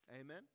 Amen